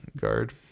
guard